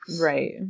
Right